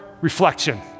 reflection